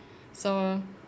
so